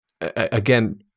Again